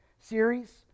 series